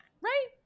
right